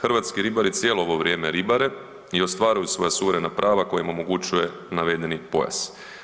Hrvatski ribari cijelo ovo vrijeme ribare i ostvaruju svoja suverena prava koja im omogućuje navedeni pojas.